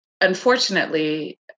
unfortunately